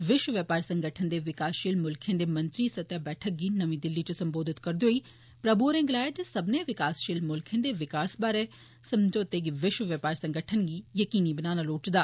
विश्व व्यौपार संगठन दे विकासशील मुल्खें दे मंत्री स्तरीय बैठक गी नमीं दिल्ली इच संबोधित करदे होई प्रमु होरें गलाया जे सब्बने विकासशील मुल्खें दे विकास बारै समझौते गी विश्व व्यौपार संगठन गी यकीनी बनाना लोड़चदा